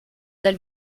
dal